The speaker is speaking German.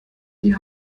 die